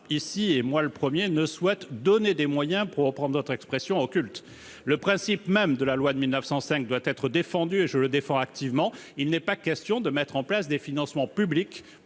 ici, à commencer par moi, ne souhaite accorder des moyens, pour reprendre votre expression, au culte. Le principe même de la loi de 1905 doit être défendu et je le défends activement. Il n'est donc pas question de mettre en place des financements publics